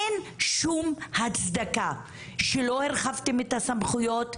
אין שום הצדקה שלא הרחבתם את הסמכויות,